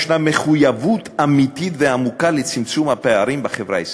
יש מחויבות אמיתית ועמוקה לצמצום הפערים בחברה הישראלית.